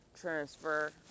transfer